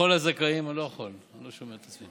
לכל הזכאים, אני לא יכול, אני לא שומע את עצמי.